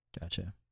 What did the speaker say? Gotcha